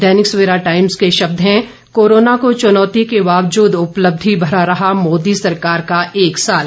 दैनिक Savera Times के शब्द हैं कोरोना की चुनौती के बावजूद उपलब्धि भरा रहा मोदी सरकार का एक साल